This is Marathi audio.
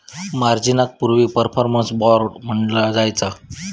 मार्जिनाक पूर्वी परफॉर्मन्स बाँड म्हटला जायचा